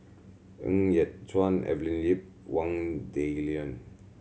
Ng Yat Chuan Evelyn Lip Wang Dayuan